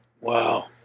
Wow